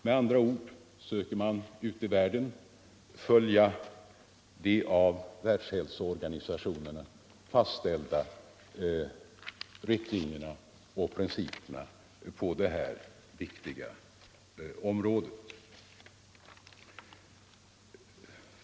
Med andra ord söker man ute i världen följa de av Världshälsoorganisationen fastställda riktlinjerna och principerna på det här viktiga området.